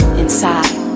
inside